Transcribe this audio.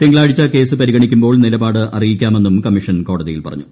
തിങ്കളാഴ്ച കേസ് പരിഗണിക്കുമ്പോൾ നിലപാട് അറിയിക്കാമെന്നും കമ്മീഷൻ കോടതിയിൽ പറഞ്ഞു